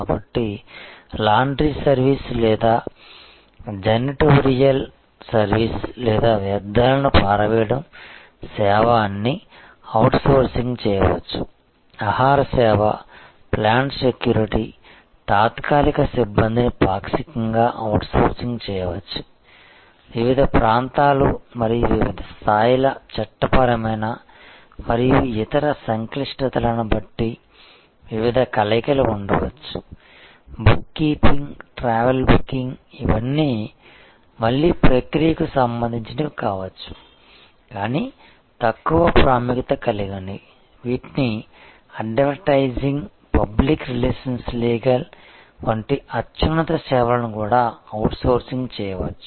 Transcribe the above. కాబట్టి laundry service లేదా janitorial service లేదా వ్యర్థాలను పారవేయడం సేవ అన్నీ అవుట్సోర్సింగ్ చేయవచ్చు ఆహార సేవ ప్లాంట్ సెక్యూరిటీ తాత్కాలిక సిబ్బందిని పాక్షికంగా అవుట్సోర్సింగ్ చేయవచ్చు వివిధ ప్రాంతాలు మరియు వివిధ స్థాయిల చట్టపరమైన మరియు ఇతర సంక్లిష్టతలను బట్టి వివిధ కలయికలు ఉండవచ్చు బుక్ కీపింగ్ ట్రావెల్ బుకింగ్ ఇవన్నీ మళ్లీ ప్రక్రియకు సంబంధించినవి కావచ్చు కానీ తక్కువ ప్రాముఖ్యత కలిగినవి వీటిని అడ్వర్టైజింగ్ పబ్లిక్ రిలేషన్ లీగల్ వంటి అత్యున్నత సేవలను కూడా అవుట్సోర్సింగ్ చేయవచ్చు